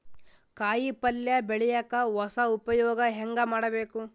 ಕಾಯಿ ಪಲ್ಯ ಬೆಳಿಯಕ ಹೊಸ ಉಪಯೊಗ ಹೆಂಗ ಮಾಡಬೇಕು?